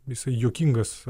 jisai juokingas